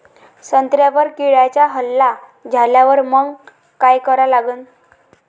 संत्र्यावर किड्यांचा हल्ला झाल्यावर मंग काय करा लागन?